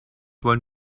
wollen